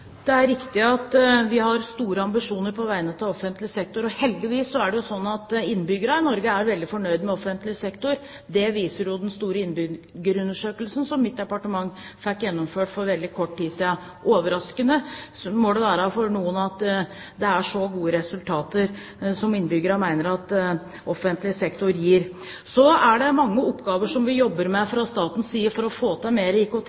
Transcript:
Det er riktig at vi har store ambisjoner på vegne av offentlig sektor, og heldigvis er det slik at innbyggerne i Norge er veldig fornøyd med offentlig sektor. Det viser jo den store Innbyggerundersøkelsen som mitt departement fikk gjennomført for veldig kort tid siden. Overraskende må det være for noen at innbyggerne mener at offentlig sektor gir så gode resultater. Så er det mange oppgaver vi jobber med fra statens side for å få til